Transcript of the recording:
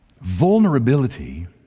Vulnerability